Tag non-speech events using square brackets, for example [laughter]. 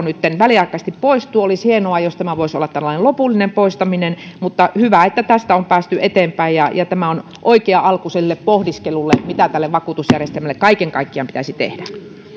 [unintelligible] nytten väliaikaisesti poistuu olisi hienoa jos tämä voisi olla tällainen lopullinen poistaminen mutta hyvä että tästä on päästy eteenpäin tämä on oikea alku sille pohdiskelulle mitä vakuutusjärjestelmälle kaiken kaikkiaan pitäisi tehdä